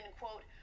quote